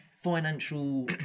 financial